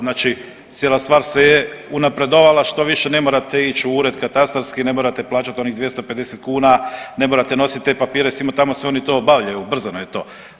Znači cijela stvar se je unapredovala, štoviše ne morate ići u ured katastarski, ne morate plaćati onih 250 kuna, ne morate nositi te papire simo, tamo, sve oni to obavljaju, ubrzano je to.